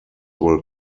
will